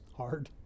hard